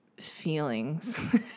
feelings